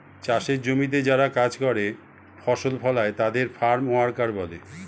চাষের জমিতে যারা কাজ করে, ফসল ফলায় তাদের ফার্ম ওয়ার্কার বলে